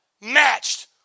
matched